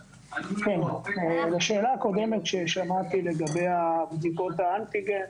לשאלה הקודמת ששמעתי לגבי בדיקות האנטיגן.